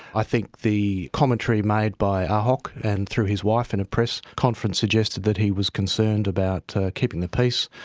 i think the commentary made by ahok and through his wife in a press conference suggested that he was concerned about keeping the peace.